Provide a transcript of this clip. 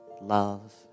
love